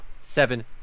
seven